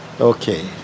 Okay